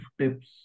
tips